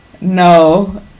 No